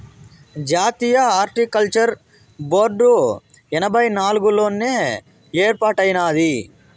జాతీయ horticulture board ఎనభై నాలుగుల్లోనే ఏర్పాటైనాది